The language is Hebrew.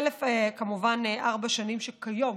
חלף כמובן ארבע שנים שכיום